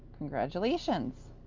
congratulations.